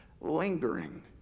lingering